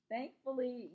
Thankfully